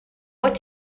what